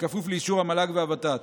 ובכפוף לאישור המל"ג והוות"ת.